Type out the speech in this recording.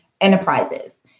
Enterprises